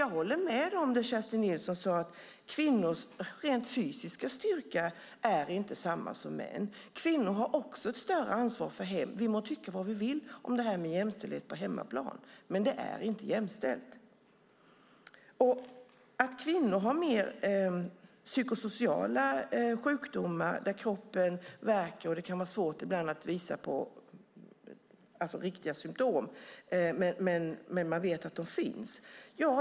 Jag håller med om det Kerstin Nilsson sade om att kvinnor rent fysiska styrka inte är samma som mäns. Kvinnor har också ett större ansvar för hemmet. Vi må tycka vad vi vill om jämställdhet på hemmaplan, men det är inte jämställt. Kvinnor har mer psykosociala sjukdomar där kroppen värker och det ibland kan vara svårt att visa på riktiga symtom, även om man vet att de finns.